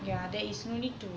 yeah there is no need to